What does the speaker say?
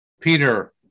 Peter